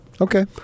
Okay